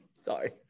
sorry